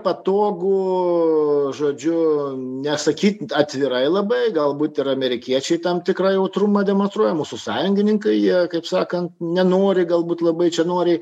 patogu žodžiu nesakyt atvirai labai galbūt ir amerikiečiai tam tikrą jautrumą demonstruoja mūsų sąjungininkai jie kaip sakant nenori galbūt labai čia nori